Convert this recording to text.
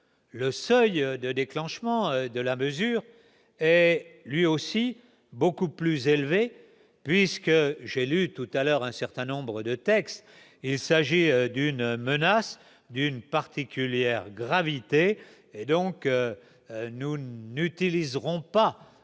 le seuil de déclenchement de la mesure est lui aussi beaucoup plus élevé, puisque j'ai lu tout à l'heure, un certain nombre de textes, il s'agit d'une menace d'une particulière gravité et donc nous n'utiliserons pas